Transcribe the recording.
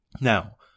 Now